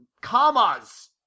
Commas